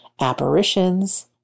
apparitions